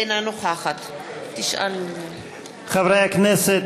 אינה נוכחת חברי הכנסת,